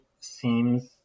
seems